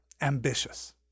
ambitious